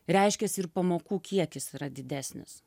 reiškias ir pamokų kiekis yra didesnis